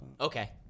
Okay